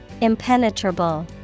Impenetrable